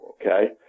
okay